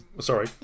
Sorry